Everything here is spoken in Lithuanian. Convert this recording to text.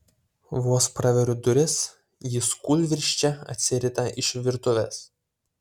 vos praveriu duris jis kūlvirsčia atsirita iš virtuvės